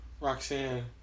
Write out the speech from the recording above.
Roxanne